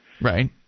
Right